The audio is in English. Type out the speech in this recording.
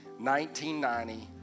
1990